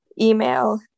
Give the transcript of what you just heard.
email